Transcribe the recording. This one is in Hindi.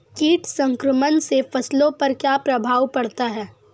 कीट संक्रमण से फसलों पर क्या प्रभाव पड़ता है?